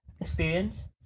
experience